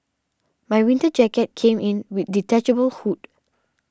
my winter jacket came in with detachable hood